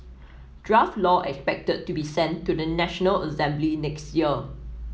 draft law expected to be sent to the National Assembly next year